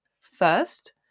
First